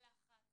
לחץ